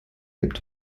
lebt